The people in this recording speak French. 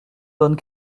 donne